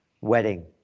wedding